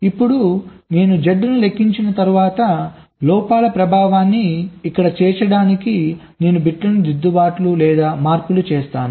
ఇప్పుడు నేను Z ను లెక్కించిన తరువాత లోపాల ప్రభావాన్ని ఇక్కడ చేర్చడానికి నేను బిట్లకు దిద్దుబాట్లు లేదా మార్పులు చేస్తాను